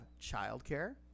childcare